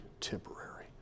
temporary